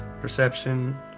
perception